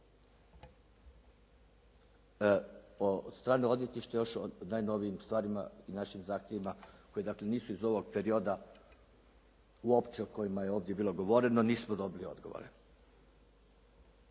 Od strane odvjetništva još o najnovijim stvarima i našim zahtjevima koji dakle nisu iz ovog perioda uopće o kojima je ovdje bilo govoreno nismo dobili odgovore.